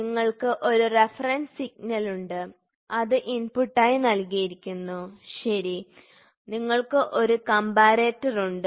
നിങ്ങൾക്ക് ഒരു reference signal ഉണ്ട് അത് ഇൻപുട്ടായി നൽകിയിരിക്കുന്നു ശരി നിങ്ങൾക്ക് ഒരു കമ്പാരേറ്റർ ഉണ്ട്